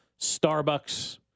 Starbucks